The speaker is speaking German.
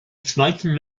zweiten